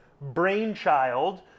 brainchild